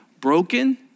Broken